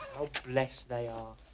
blessed they are.